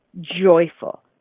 joyful